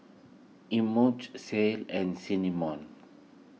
Imogene Ceil and Cinnamon